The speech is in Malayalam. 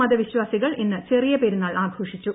മത വിശ്വാസികൾ ഇന്ന് ചെറിയ പെരുന്നാൾ ആഘോഷിച്ചു